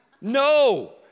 No